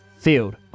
field